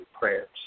prayers